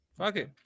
Okay